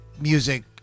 music